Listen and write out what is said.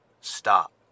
stop